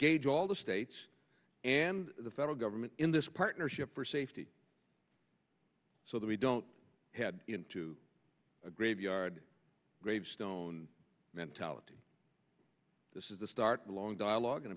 engage all the states and the federal government in this partnership for safety so that we don't head into a graveyard gravestone mentality this is the start of a long dialogue an